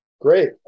great